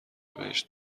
بهشت